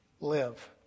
live